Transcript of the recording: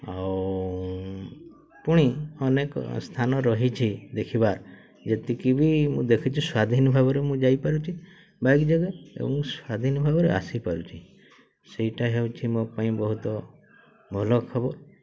ଆଉ ପୁଣି ଅନେକ ସ୍ଥାନ ରହିଛି ଦେଖିବାର ଯେତିକି ବି ମୁଁ ଦେଖିଛି ସ୍ଵାଧୀନ ଭାବରେ ମୁଁ ଯାଇପାରୁଛି ବାଇକ୍ ଜାଗା ଏବଂ ସ୍ଵାଧୀନ ଭାବରେ ଆସିପାରୁଛି ସେଇଟା ହେଉଛି ମୋ ପାଇଁ ବହୁତ ଭଲ ଖବର